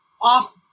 off